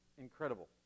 incredible